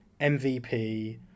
MVP